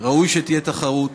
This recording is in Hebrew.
ראוי שתהיה תחרות,